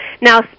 Now